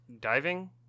diving